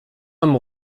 homme